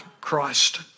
Christ